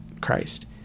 Christ